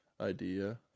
idea